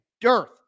dearth